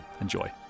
Enjoy